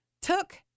took